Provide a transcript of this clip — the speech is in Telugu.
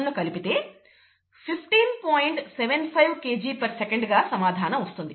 75 Kgsec గా సమాధానం వస్తుంది